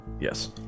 yes